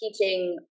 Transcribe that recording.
teaching